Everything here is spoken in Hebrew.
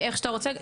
איך שאתה רוצה,